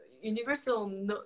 universal